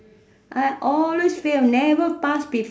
I always fail never pass before